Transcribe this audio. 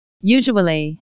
Usually